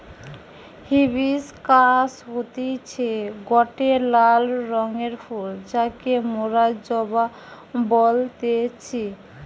hibiscus হতিছে গটে লাল রঙের ফুল যাকে মোরা জবা বলতেছি